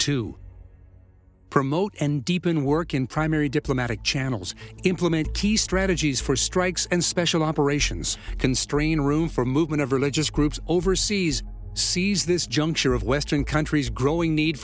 to promote and deepen work in primary diplomatic channels implement key strategies for strikes and special operations constrain room for movement of religious groups overseas sees this juncture of western countries growing need